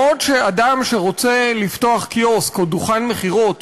בעוד אדם שרוצה לפתוח קיוסק או דוכן מכירות